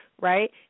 right